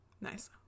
Nice